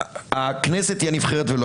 הכנסת היא הנבחרת ולא